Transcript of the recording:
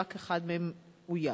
ורק אחד מהם אויש.